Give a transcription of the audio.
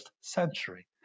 century